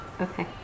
Okay